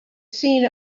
seen